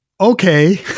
okay